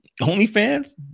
OnlyFans